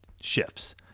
shifts